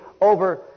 over